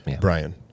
Brian